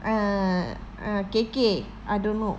err gei gei I don't know